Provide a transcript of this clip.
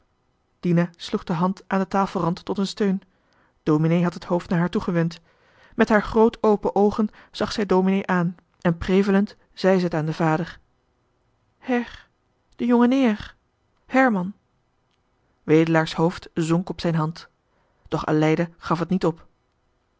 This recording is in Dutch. dina sloeg de hand aan den tafelrand tot een steun dominee had het hoofd naar haar toegewend met haar groot open oogen zag zij dominee aan en prevelend zei ze t aan den vader her de jongenéér herman wedelaar's hoofd zonk op zijn hand doch aleida gaf het niet op